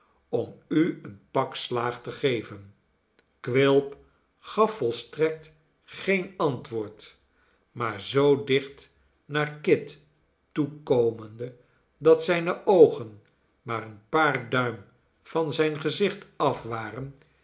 om u een pak slaag te geven quilp gaf volstrekt geen antwoord maar zoo dicht naar kit toekomende dat zijne oogen maar een paar duim van zijn gezicht af waren